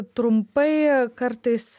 trumpai kartais